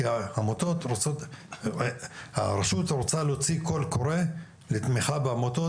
כי הרשות להוציא קול קורא לתמיכה בעמותות,